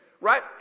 right